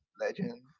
legend